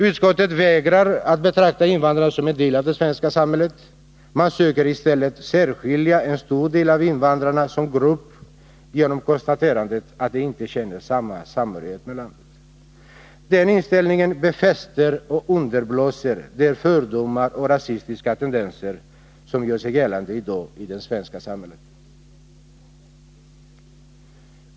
Utskottet vägrar att betrakta invandrarna som en del av det svenska samhället. Man söker i stället särskilja en stor del av invandrarna som grupp genom konstaterandet att de inte känner samma samhörighet med landet som övriga invånare. Den inställningen befäster och underblåser de fördomar och rasistiska tendenser som gör sig gällande i dag i det svenska samhället.